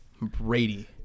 Brady